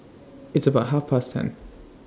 its about Half Past ten